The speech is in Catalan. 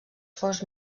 fos